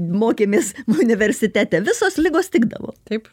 mokėmės universitete visos ligos tikdavo taip